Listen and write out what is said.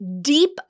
deep